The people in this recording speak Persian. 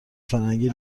فرنگی